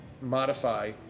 modify